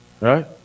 right